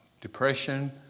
depression